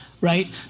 Right